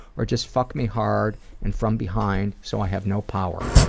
or just fuck me hard and from behind so i have no power.